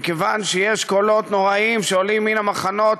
מכיוון שיש קולות נוראים שעולים מן המחנות,